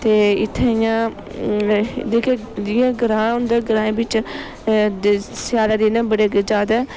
ते इत्थें इयां जेह्की जियां ग्रांऽ होंदा ग्राएं बिच्च दे सेयाला दिनें बड़े गै ज्यादा